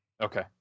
Okay